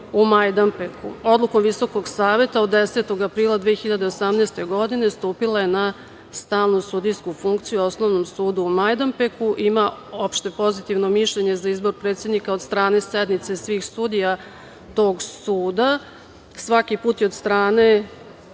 u Majdanpeku. Odlukom Visokog saveta od 10. aprila 2018. godine stupila je na stalnu sudijsku funkciju u Osnovnom sudu u Majdanpeku. Ima opšte pozitivno mišljenje za izbor predsednika od strane sednice svih sudija tog suda. Svaki put je od strane